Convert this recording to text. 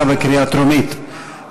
לפרוטוקול אני אחזור,